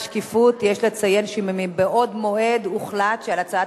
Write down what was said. למען השקיפות יש לציין שמבעוד מועד הוחלט שעל הצעת